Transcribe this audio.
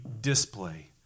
display